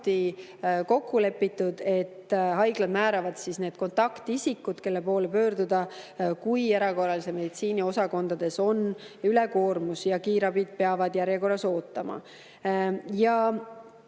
samuti kokku lepitud, et haiglad määravad kontaktisikud, kelle poole pöörduda, kui erakorralise meditsiini osakondades on ülekoormus ja kiirabid peavad järjekorras ootama. Nüüd,